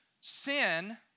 Sin